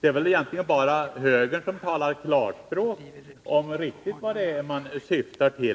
Det är väl egentligen bara högern som talar klarspråk om vad det är man syftar till.